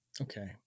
okay